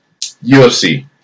UFC